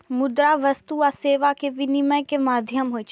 मुद्रा वस्तु आ सेवा के विनिमय के माध्यम होइ छै